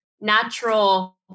natural